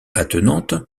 attenantes